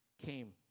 came